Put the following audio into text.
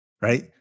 right